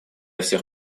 всех